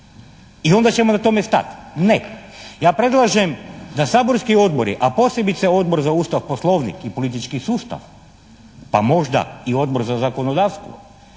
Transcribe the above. i onda ćemo na tome stati. Ne. Ja predlažem da saborski odbori, a posebice Odbor za Ustav, Poslovnik i politički sustav, pa možda i Odbor za zakonodavstvo